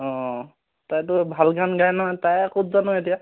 অঁ তাইতো ভাল গান গায় নহয় তাই ক'ত জানো এতিয়া